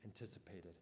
anticipated